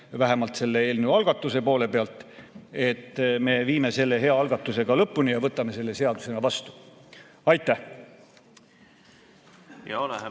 vähemalt selle eelnõu algatuse poole pealt, et me viime selle hea algatuse ka lõpuni ja võtame selle seadusena vastu. Aitäh!